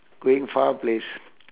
going far place